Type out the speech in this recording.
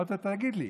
אמרתי לו: תגיד לי,